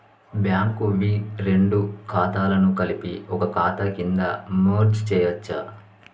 Bank వి రెండు ఖాతాలను కలిపి ఒక ఖాతా కింద మెర్జ్ చేయచ్చా?